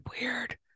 weird